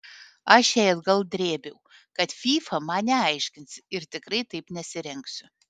aš jai atgal drėbiau kad fyfa man neaiškins ir tikrai taip nesirengsiu